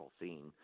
scene